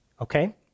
okay